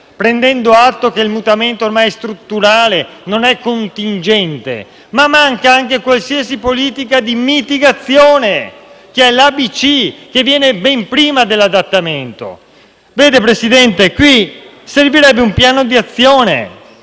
del fatto che il mutamento ormai è strutturale e non contingente, ma manca anche qualsiasi politica di mitigazione, che è l'ABC e che viene ben prima dell'adattamento. Vede, signor Presidente, qui servirebbe un piano d'azione,